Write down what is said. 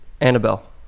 Annabelle